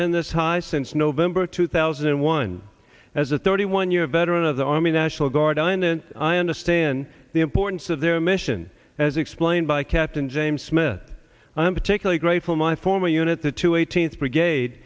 been this high since november two thousand and one as a thirty one year veteran of the army national guard i n n i understand the importance of their mission as explained by captain james smith i'm particularly grateful my former unit the two eighteenth's brigade